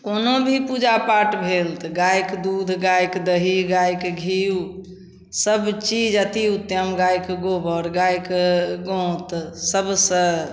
कोनो भी पूजा पाठ भेल तऽ गाइके दूध गाइके दही गाइके घिउ सबचीज अति उत्तम गाइके गोबर गाइके गोँत सबसँ